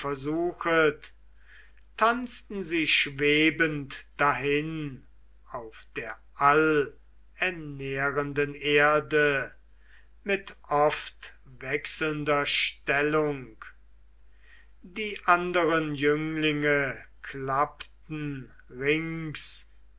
tanzten sie schwebend dahin auf der allernährenden erde mit oft wechselnder stellung die anderen jünglinge klappten rings